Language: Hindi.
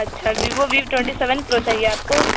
अच्छा Vivo V twenty seven pro चाहिए आपको